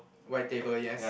white table yes